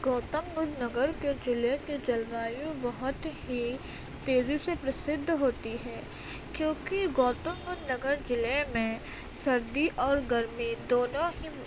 گوتم بدھ نگر کے ضلعے کے جلوایو بہت ہی تیزی سے پرسدھ ہوتی ہے کیوںکہ گوتم بدھ نگر ضلعے میں سردی اور گرمی دونوں ہی